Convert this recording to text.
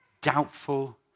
doubtful